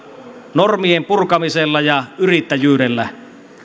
normien purkamisella ja yrittäjyydellä